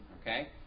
Okay